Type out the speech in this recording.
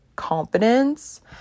confidence